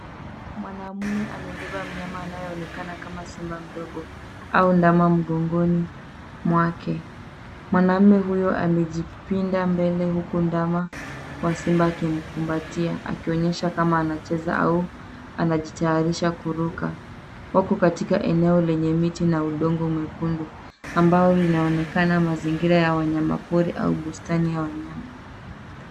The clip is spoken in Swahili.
Mwanaume ame beba mnyama anayo onekana kama simba mdogo au ndama mgongoni mwake. Mwanaume huyo ame jipinda mbele huku ndama wa simba akimkumbatia akionyesha kama anacheza au anajitayarisha kuruka. Wako katika eneo lenye miti na udongo mwekundu ambao lina onekana mazingira ya wanyama pori au bustani ya wanyama.